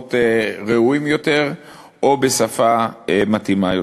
במקומות ראויים יותר או בשפה מתאימה יותר.